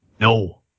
No